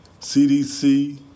CDC